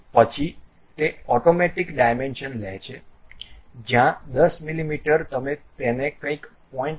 પછી તે automatic dimension લે છે જ્યાં 10 મીમી તમે તેને કંઈક 0